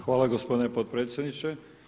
Hvala gospodine potpredsjedniče.